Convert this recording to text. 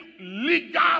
legal